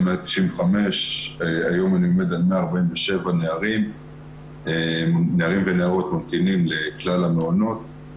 היו 195. היום אני עומד על 147 נערים ונערות שממתינים לכלל המעונות.